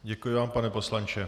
Děkuji vám, pane poslanče.